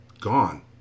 gone